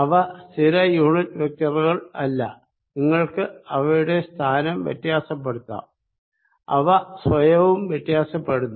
അവ സ്ഥിര യൂണിറ്റ് വെക്റ്ററുകൾ അല്ല നിങ്ങൾക്ക് അവയുടെ സ്ഥാനം വ്യത്യാസപ്പെടുത്താം അവ സ്വയവും വ്യത്യാസപ്പെടുന്നു